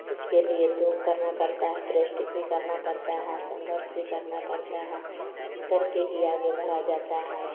इसके लिए तो करना पड़ता है प्रस्टिक भी करना पड़ता है संघर्ष भी करना पड़ता है करके ही आगे बढ़ा जाता है